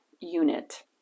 unit